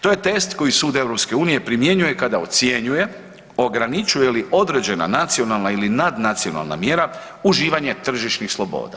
To je test koji sud EU-a primjenjuje kada ocjenjuje, ograničuje li određena nacionalna ili nadnacionalna mjera uživanje tržišnih sloboda.